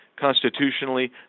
Constitutionally